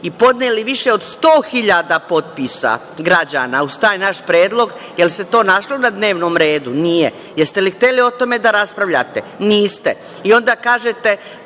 i podneli više od 100 hiljada potpisa građana, uz taj naš predlog. Jel se to našlo na dnevnom redu? Nije. Jeste li hteli o tome da raspravljate? Niste. I onda kažete